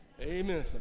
Amen